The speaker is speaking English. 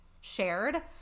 shared